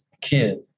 kid